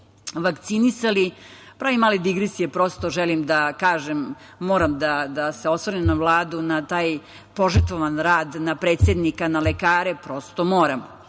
vakcinisali…Pravim male digresije, prosto želim da kažem, moram da se osvrnem na Vladu, na taj požrtvovan rad, na predsednika, na lekare. Prosto moram.